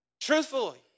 Truthfully